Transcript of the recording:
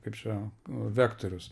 kaip čia vektorius